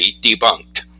debunked